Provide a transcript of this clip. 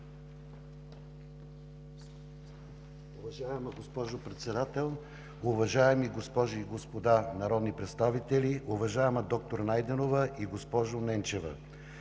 Уважаема госпожо Председател, уважаеми госпожи и господа народни представители! Уважаеми доктор Найденова и госпожо Ненчева,